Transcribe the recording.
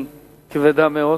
הוא כבד מאוד.